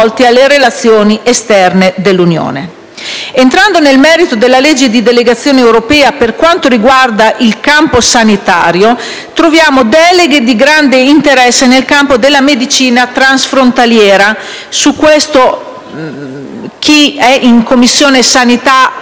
alle relazioni esterne dell'Unione. Entrando nel merito della legge di delegazione europea, per quanto riguarda il campo sanitario troviamo deleghe di grande interesse nel campo della medicina transfrontaliera. Chi è in Commissione sanità